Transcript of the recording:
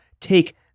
take